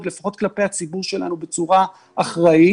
לפחות כלפי הציבור שלנו בצורה אחראית